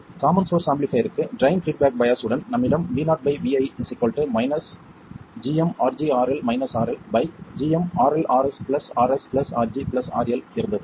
common source ஆம்பிளிஃபைர்க்கு drain feedback bias உடன் நம்மிடம் vovi gmRGRL RLgmRLRsRsRGRL இருந்தது